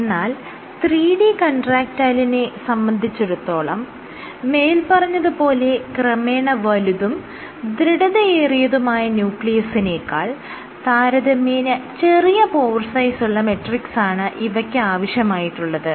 എന്നാൽ 3D കൺട്രാക്ടയിലിനെ സംബന്ധിച്ചിടത്തോളം മേല്പറഞ്ഞത് പോലെ ക്രമേണ വലുതും ദൃഢതയേറിയതുമായ ന്യൂക്ലിയസിനേക്കാൾ താരതമ്യേന ചെറിയ പോർ സൈസ് ഉള്ള മെട്രിക്സാണ് ഇവയ്ക്ക് ആവശ്യമായിട്ടുള്ളത്